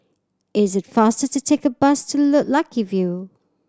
is it faster to take the bus to Lucky View